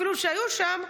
אפילו שהיו שם,